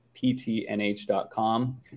ptnh.com